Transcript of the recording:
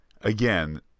Again